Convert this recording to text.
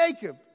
Jacob